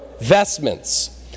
vestments